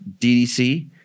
DDC